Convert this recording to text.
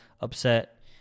upset